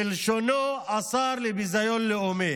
בלשונו, השר לביזיון לאומי.